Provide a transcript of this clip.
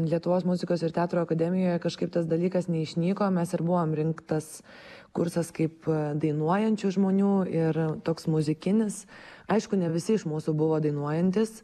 lietuvos muzikos ir teatro akademijoje kažkaip tas dalykas neišnyko mes ir buvom rinktas kursas kaip dainuojančių žmonių ir toks muzikinis aišku ne visi iš mūsų buvo dainuojantys